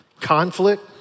conflict